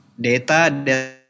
data